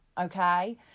okay